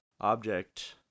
object